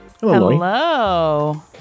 Hello